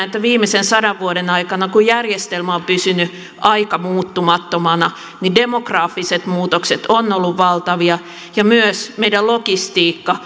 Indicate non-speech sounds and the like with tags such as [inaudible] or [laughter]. [unintelligible] että viimeisen sadan vuoden aikana kun järjestelmä on pysynyt aika muuttumattomana demografiset muutokset ovat olleet valtavia ja myös meidän logistiikkamme [unintelligible]